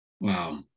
Wow